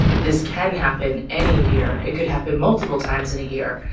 this can happen any year. it could happen multiple times in a year.